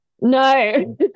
No